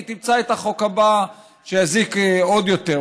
היא תמצא את החוק הבא שיזיק עוד יותר.